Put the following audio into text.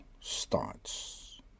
starts